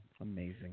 Amazing